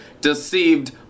deceived